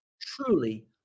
truly